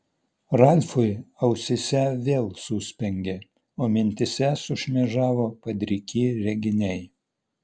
ralfui ausyse vėl suspengė o mintyse sušmėžavo padriki reginiai